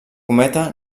cometa